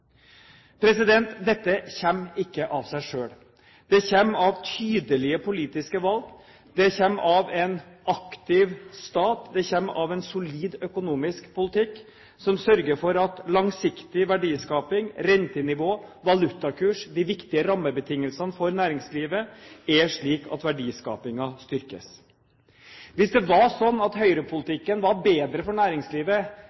Dette kommer ikke av seg selv. Det kommer av tydelige politiske valg. Det kommer av en aktiv stat. Det kommer av en solid økonomisk politikk som sørger for at langsiktig verdiskaping, rentenivå, valutakurs – de viktige rammebetingelsene for næringslivet – er slik at verdiskapingen styrkes. Hvis det var slik at